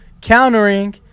countering